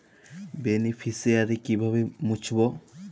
Beneficiary কিভাবে মুছব?